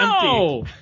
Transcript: No